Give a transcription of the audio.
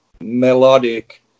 melodic